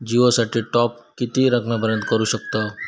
जिओ साठी टॉप किती रकमेपर्यंत करू शकतव?